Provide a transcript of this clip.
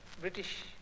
British